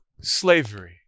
slavery